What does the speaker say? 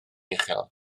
uchel